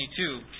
22